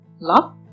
love